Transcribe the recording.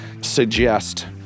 suggest